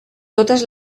totes